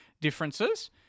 differences